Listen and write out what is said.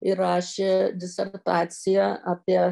ir rašė disertaciją apie